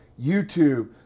YouTube